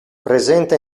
presenta